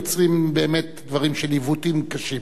יוצרת דברים של עיוותים קשים.